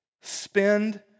spend